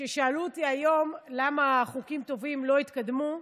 ששאלו אותי היום למה חוקים טובים לא התקדמו,